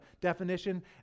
definition